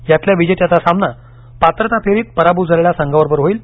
यातील विजेत्याचा सामना पात्रता फेरीत पराभूत झालेल्या संघाबरोबर होईल